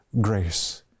grace